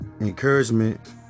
Encouragement